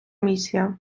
місія